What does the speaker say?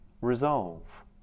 resolve